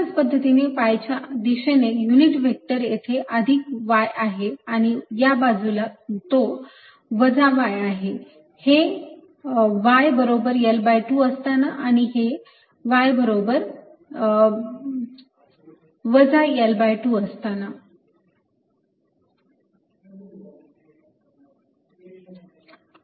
अशाच पद्धतीने y च्या दिशेने युनिट व्हेक्टर येथे अधिक y आहे आणि या बाजूला तो वजा y आहे हे y बरोबर L2 असताना आणि हे y बरोबर वजा L2 असताना आहे